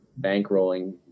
bankrolling